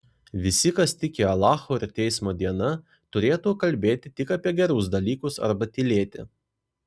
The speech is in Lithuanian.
visi kas tiki alachu ir teismo diena turėtų kalbėti tik apie gerus dalykus arba tylėti